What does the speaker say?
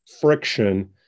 friction